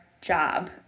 job